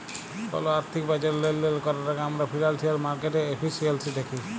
call আথ্থিক বাজারে লেলদেল ক্যরার আগে আমরা ফিল্যালসিয়াল মার্কেটের এফিসিয়াল্সি দ্যাখি